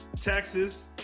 Texas